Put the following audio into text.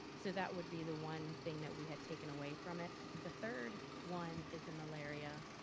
so that would be the one thing that we had taken away from it. the third one is the malaria